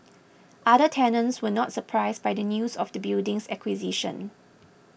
other tenants were not surprised by the news of the building's acquisition